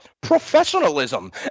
professionalism